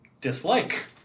dislike